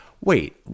Wait